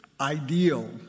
ideal